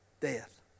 death